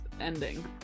ending